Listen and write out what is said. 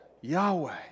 Yahweh